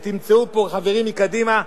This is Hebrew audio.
תמצאו פה חברים מקדימה,